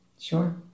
Sure